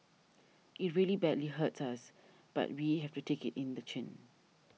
it really badly hurts us but we have to take it in the chin